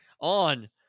on